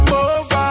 over